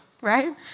right